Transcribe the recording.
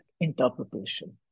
interpretation